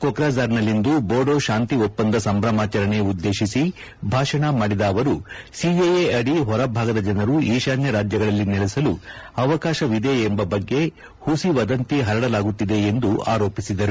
ಕೊಕ್ರಾಜಾರ್ನಲ್ಲಿಂದು ಬೋಡೋ ಶಾಂತಿ ಒಪ್ಪಂದ ಸಂಭ್ರಮಾಚಾರಣೆ ಉದ್ದೇತಿಸಿ ಭಾಷಣ ಮಾಡಿದ ಅವರು ಸಿಎಎ ಅಡಿ ಹೊರಭಾಗದ ಜನರು ಈಶಾನ್ಯ ರಾಜ್ಯಗಳಲ್ಲಿ ನೆಲಸಲು ಅವಕಾಶವಿದೆ ಎಂಬ ಬಗ್ಗೆ ಹುಸಿ ವದಂತಿ ಹರಡಲಾಗುತ್ತಿದೆ ಎಂದು ಆರೋಪಿಸಿದರು